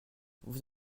vous